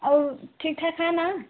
और ठीक ठाक है ना